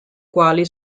quali